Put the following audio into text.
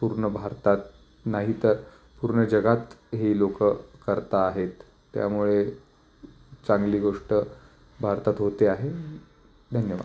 पूर्ण भारतात नाही तर पूर्ण जगात हे लोक करता आहेत त्यामुळे चांगली गोष्ट भारतात होते आहे धन्यवाद